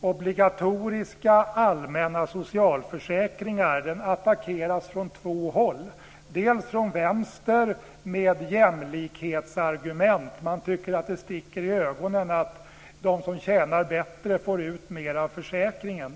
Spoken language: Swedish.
obligatoriska allmänna socialförsäkringar attackeras från två håll. Det sker från vänster med jämlikhetsargument. Man tycker att det sticker i ögonen att de som tjänar bättre får ut mer av försäkringen.